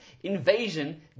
Invasion